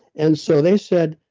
and so, they said,